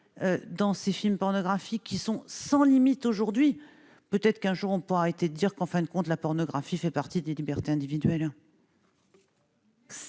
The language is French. dans ces films pornographiques qui sont sans limites aujourd'hui, peut-être qu'un jour on pas été dire qu'en fin de compte, la pornographie, fait partie des libertés individuelles.